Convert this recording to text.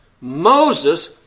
Moses